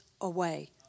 away